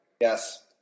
Yes